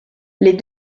les